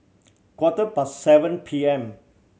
quarter past seven P M